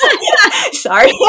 sorry